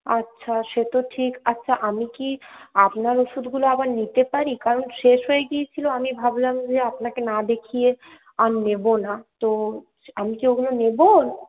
আচ্ছা সে তো ঠিক আচ্ছা আমি কি আপনার ওষুধগুলো আবার নিতে পারি কারণ শেষ হয়ে গিয়েছিলো আমি ভাবলাম যে আপনাকে না দেখিয়ে আর নেব না তো আমি কি ওগুলো নেব